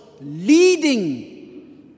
leading